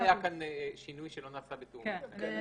אפשר לשנות אבל לא היה כאן שינוי שלא נעשה בתיאום איתכם.